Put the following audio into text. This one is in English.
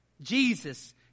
Jesus